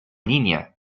niña